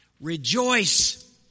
Rejoice